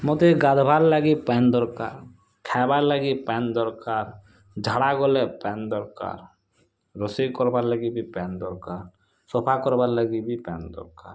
ମୋତେ ଗାଧବାର୍ ଲାଗି ପାନ୍ ଦରକାର୍ ଖାଏବାର୍ ଲାଗି ପ୍ୟାନ୍ ଦରକାର୍ ଝାଡ଼ା ଗଲେ ପ୍ୟାନ୍ ଦରକାର୍ ରୋଷେଇ କରବାର୍ ଲାଗି ବି ପାନ୍ ଦରକାର୍ ସଫା କରବାର୍ ଲାଗି ବି ପ୍ୟାନ୍ ଦରକାର୍